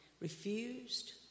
Refused